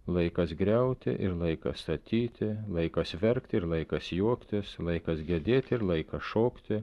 laikas griauti ir laikas statyti laikas verkt ir laikas juoktis laikas gedėti ir laikas šokti